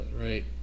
right